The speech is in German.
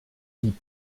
die